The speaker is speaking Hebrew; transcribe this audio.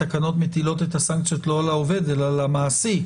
התקנות מטילות את הסנקציות לא על העובד אלא על המעסיק,